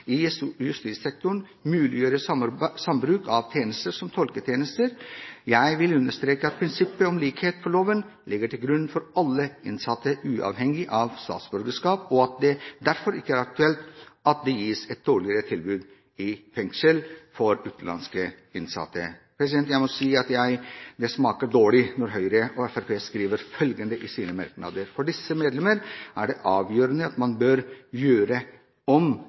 kompetanseoverføring i justissektoren, muliggjøre sambruk av tjenester som tolketjenester. Jeg vil understreke at prinsippet om likhet for loven ligger til grunn for alle innsatte, uavhengig av statsborgerskap, og at det derfor ikke er aktuelt at det gis et dårligere tilbud i fengsel for utenlandske innsatte. Jeg må si at det smaker dårlig når Fremskrittspartiet skriver følgende i sine merknader: For disse medlemmer er det avgjørende at «man bør gjøre om